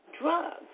drugs